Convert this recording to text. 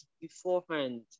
beforehand